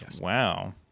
Wow